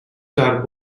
star